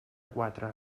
quatre